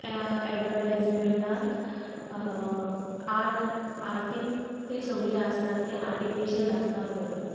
एडवटायजमेंटान art हातीन तें सगलें आसता ते आर्टिफिशल आसता कडून